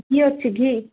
ଘି ଅଛି ଘି